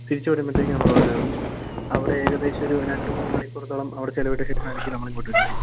തിരിച്ച് വരുമ്പോഴ്ത്തേനും നമ്മൾ അവിടെ കയറുന്നു അവിടെ ഏകദേശം ഒരു രണ്ട് മൂന്ന് മണിക്കൂറുകളും അവിടെ ചിലവിട്ടശേഷമായിരിക്കും നമ്മളിങ്ങോട്ട് വരുന്നത്